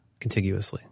contiguously